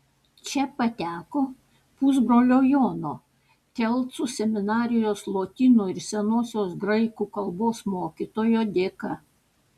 čia pateko pusbrolio jono kelcų seminarijos lotynų ir senosios graikų kalbos mokytojo dėka